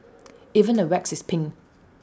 even the wax is pink